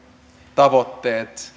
tavoitteet